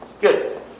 Good